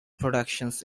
productions